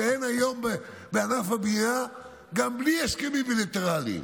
שאין היום בענף הבנייה גם בלי הסכמים בילטרליים.